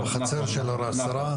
זה בחצר של השרה,